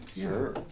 sure